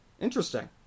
interesting